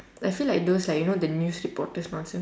I feel like those like you know the news reporters nonsense